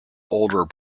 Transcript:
older